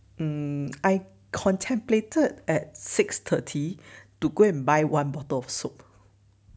I contemplated at six thirty to go and buy one bottle of soap